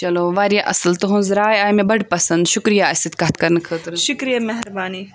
چلو واریاہ اصل تُہٕنز راے آیہِ مےٚ بَڑٕ پسند شُکرِیاہ اَسہِ سۭتۍ کَتھ کَرنہٕ خٲطرٕ شُکرِیاہ مہربانی